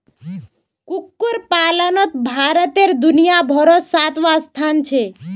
कुक्कुट पलानोत भारतेर दुनियाभारोत सातवाँ स्थान छे